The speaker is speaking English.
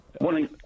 Morning